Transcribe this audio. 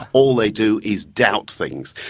all they do is doubt things.